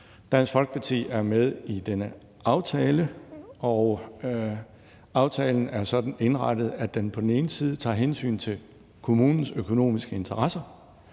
Dansk Folkeparti er med i denne aftale, og aftalen er sådan indrettet, at den på den ene side tager hensyn til kommunens økonomiske interesser